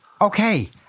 Okay